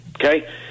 Okay